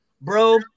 Bro